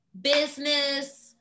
business